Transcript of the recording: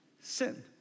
Sin